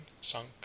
sunk